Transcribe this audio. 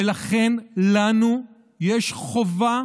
ולכן לנו יש חובה